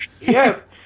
yes